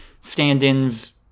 stand-ins